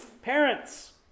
parents